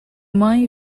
mãe